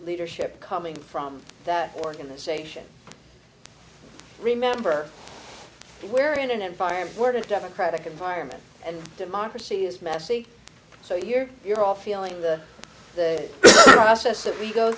leadership coming from that organization remember that we're in an environment where the democratic environment and democracy is messy so you're you're off ealing the the process that we go